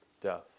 death